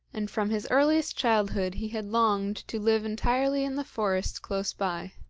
and from his earliest childhood he had longed to live entirely in the forest close by.